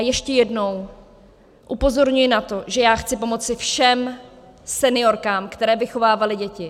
Ještě jednou upozorňuji na to, že chci pomoci všem seniorkám, které vychovávaly děti.